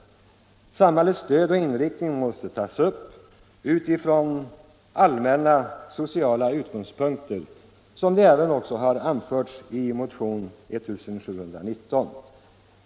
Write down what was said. Samhällets stöd måste inriktas från allmänna sociala utgångspunkter, vilket även har förordats i motionen 1269, som åberopas i motionen 1719.